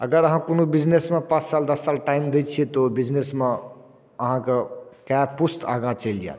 अगर अहाँ कोनो बिजनेसमे पाँच साल दस साल टाइम दै छियै तऽ ओ बिजनेसमे अहाँके कए पुश्त आगाँ चलि जायत